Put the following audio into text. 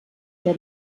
der